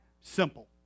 Simple